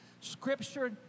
Scripture